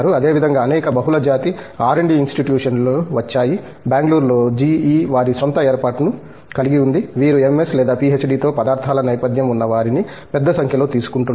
అదేవిధంగా అనేక బహుళజాతి ఆర్ అండ్ డి ఇన్స్టిట్యూషన్లు వచ్చాయి బెంగుళూరులో జిఇ వారి స్వంత ఏర్పాటును కలిగి ఉంది వీరు ఎంఎస్ లేదా పిహెచ్డితో పదార్థాల నేపథ్యం ఉన్న వారిని పెద్ద సంఖ్యలో తీసుకుంటున్నారు